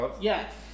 Yes